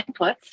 inputs